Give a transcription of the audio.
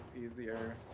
easier